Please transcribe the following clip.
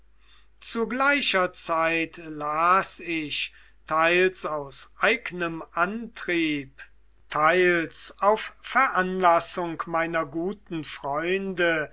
zu gleicher zeit las ich teils aus eignem antrieb teils auf veranlassung meiner guten freunde